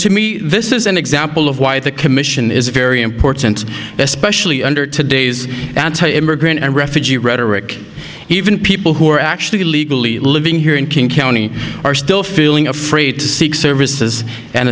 to me this is an example of why the commission is very important especially under today's anti immigrant and refugee rhetoric even people who are actually legally living here in king county are still feeling afraid to seek services and